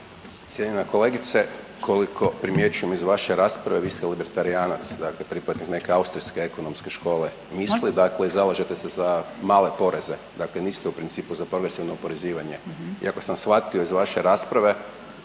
Cijenjena kolegice koliko primjećujem iz vaše rasprave vi ste libertarijanac, dakle pripadnik neke austrijske ekonomske škole misli…/Upadica Puljak: Molim?/… dakle zalažete se za male poreze, dakle niste u principu za profesionalno oporezivanje. I ako sam shvatio iz vaše rasprave